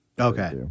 Okay